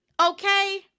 Okay